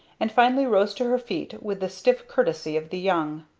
and finally rose to her feet with the stiff courtesy of the young.